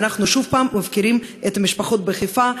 ואנחנו שוב מפקירים את המשפחות בחיפה,